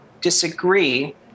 disagree